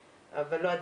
אבל לא אדישות.